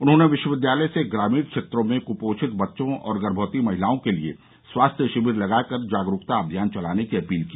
उन्होंने विश्वविद्यालय से ग्रामीण क्षेत्रों में क्पोषित बच्चों गर्भवती महिलाओं के लिये स्वास्थ्य शिविर लगाकर जागरूकता अभियान चलाने की अपील की